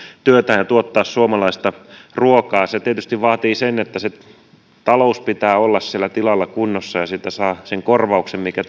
työtään ja tuottaa suomalaista ruokaa se tietysti vaatii sen että sen talouden pitää olla siellä tilalla kunnossa ja työstä saa sen korvauksen mikä